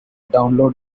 download